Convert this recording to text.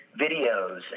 videos